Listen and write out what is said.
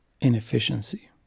inefficiency